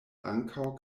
ankaŭ